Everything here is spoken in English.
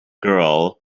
girl